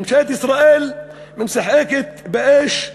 ממשלת ישראל משחקת באש,